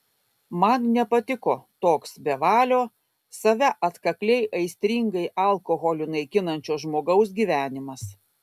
man nepatiko toks bevalio save atkakliai aistringai alkoholiu naikinančio žmogaus gyvenimas